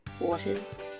waters